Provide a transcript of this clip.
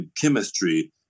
chemistry